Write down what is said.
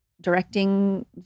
directing